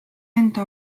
enda